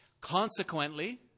Consequently